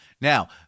now